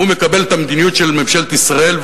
הוא מקבל את המדיניות של ממשלת ישראל,